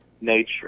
nature